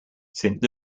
saint